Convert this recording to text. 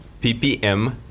PPM